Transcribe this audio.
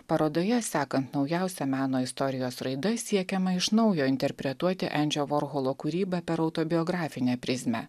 parodoje sekant naujausia meno istorijos raida siekiama iš naujo interpretuoti endžio vorholo kūrybą per autobiografinę prizmę